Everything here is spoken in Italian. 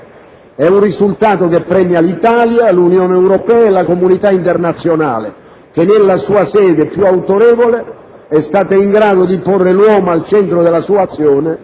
È un risultato che premia l'Italia, l'Unione Europea e la comunità internazionale che nella sua sede più autorevole è stata in grado di porre l'uomo al centro della sua azione